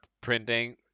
printing